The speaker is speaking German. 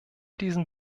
diesen